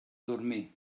dormir